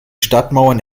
stadtmauern